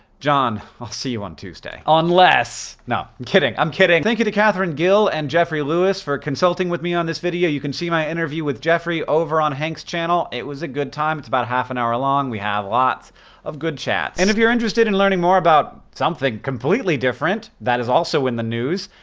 john, i'll see you on tuesday. unless! no. kidding! i'm kidding. thank you to katherine gill and jeffrey lewis for consulting with me on this video, you can see my interview with jeffrey over on hankschannel. it was a good time. it's about half an hour long. we have lots of good chats. and if you're interested in learning more about something completely different that is also in the news,